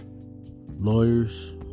lawyers